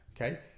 Okay